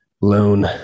Loan